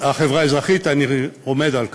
החברה האזרחית, אני עומד על כך.